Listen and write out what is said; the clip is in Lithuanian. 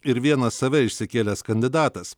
ir vienas save išsikėlęs kandidatas